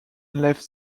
left